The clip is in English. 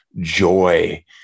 joy